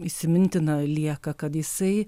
įsimintina lieka kad jisai